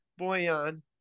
Boyan